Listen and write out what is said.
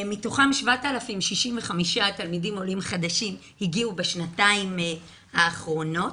מתוכם 7,065 תלמידים עולים חדשים הגיעו בשנתיים האחרונות.